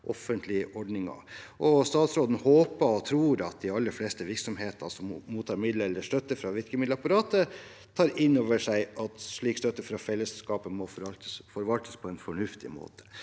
statsråden håper og tror at de aller fleste virksomhetene som mottar midler eller støtte fra virkemiddelapparatet, tar inn over seg at slik støtte fra fellesskapet må forvaltes på en fornuftig måte.